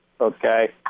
okay